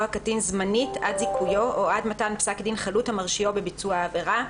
הקטין זמנית עד זיכויו או עד מתן פסק דין חלוט המרשיעו בביצוע העבירה.